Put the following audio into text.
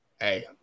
Hey